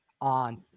on